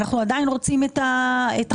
אנחנו עדיין רוצים את החברה.